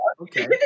Okay